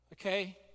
okay